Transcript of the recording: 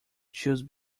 choose